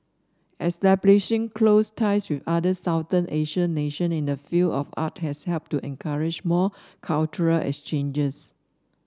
establishing close ties with other Southeast Asian nation in the field of art has helped to encourage more cultural exchanges